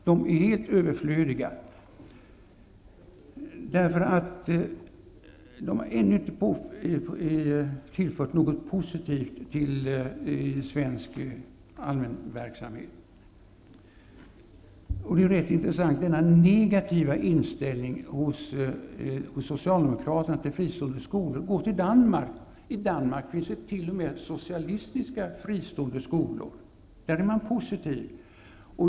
De är helt överflödiga och har ännu inte tillfört något positivt till svensk allmänverksamhet. Socialdemokraterna har en negativ inställning till fristående skolor. Men går man till Danmark finner man att det där t.o.m. finns socialistiska fristående skolor. Där är man positiv.